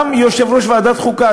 גם יושב-ראש ועדת החוקה,